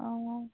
অঁ